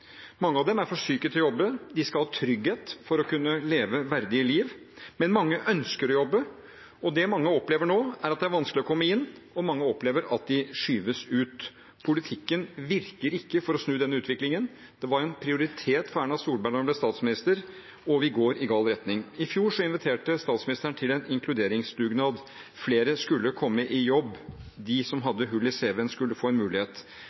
Mange av dem er for syke til å jobbe, de skal ha trygghet for å kunne leve et verdig liv, men mange ønsker å jobbe, og det mange opplever nå, er at det er vanskelig å komme inn, og mange opplever at de skyves ut. Politikken virker ikke for å snu denne utviklingen. Det var en prioritet for Erna Solberg da hun ble statsminister, og vi går i gal retning. I fjor inviterte statsministeren til en inkluderingsdugnad – flere skulle komme i jobb. De som hadde hull i cv-en, skulle få en mulighet.